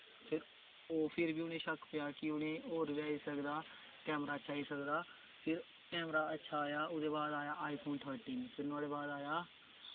फिर उ'नें गी शक्क पेआ कि होर बी आई सकदा कैमरा अच्छा आई सकदा फिर कैमरा अच्छा आया नोहाड़े बाद आया आई फोन थरटीन फिर नोहाड़े बाद आया